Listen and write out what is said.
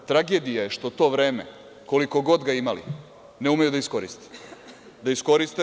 Tragedija je što to vreme, koliko god ga imali, ne umeju da iskoriste.